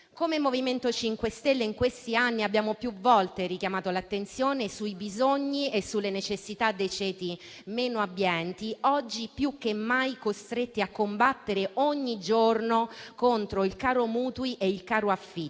Come MoVimento 5 Stelle in questi anni abbiamo più volte richiamato l'attenzione sui bisogni e sulle necessità dei ceti meno abbienti, oggi più che mai costretti a combattere ogni giorno contro il caro mutui e il caro affitti.